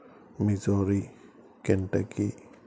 Midori Kentucky